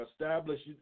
established